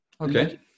Okay